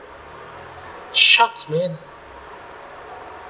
shucks man